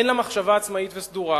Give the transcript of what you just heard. אין לה מחשבה עצמאית וסדורה.